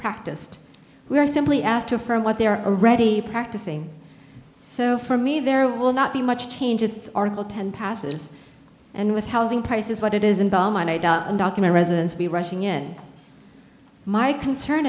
practiced we are simply asked to affirm what they are already practicing so for me there will not be much change with article ten passes and with housing prices what it is and bomb on a document residents be rushing in my concern